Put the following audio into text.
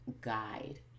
guide